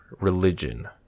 religion